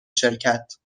شرکت